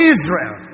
Israel